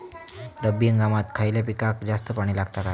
रब्बी हंगामात खयल्या पिकाक जास्त पाणी लागता काय?